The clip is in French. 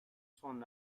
son